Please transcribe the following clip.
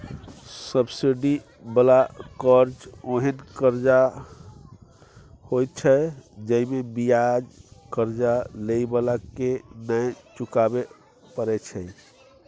subsidy बला कर्जा ओहेन कर्जा होइत छै जइमे बियाज कर्जा लेइ बला के नै चुकाबे परे छै